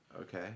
okay